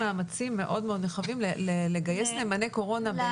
עושים מאמצים מאוד נרחבים לגייס נאמני קורונה.